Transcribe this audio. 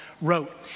wrote